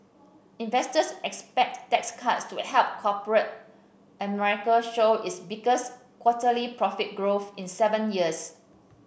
investors expect tax cuts to help corporate America show its biggest quarterly profit growth in seven years